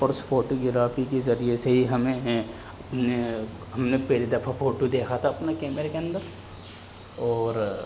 اور اس فوٹوگرافی کے ذریعے سے ہی ہمیں ہم نے ہم نے پہلی دفعہ فوٹو دیکھا تھا اپنا کیمرے کے اندر اور